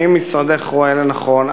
האם משרדך רואה לנכון,